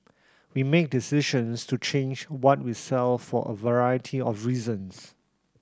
we make decisions to change what we sell for a variety of reasons